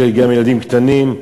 ויש גם ילדים קטנים,